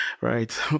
Right